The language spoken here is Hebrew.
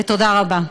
תודה רבה.